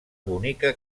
bonica